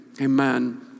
Amen